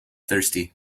thirsty